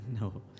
no